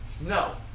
No